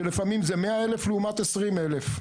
שלפעמים זה מאה אלף לעומת עשרים אלף.